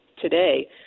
today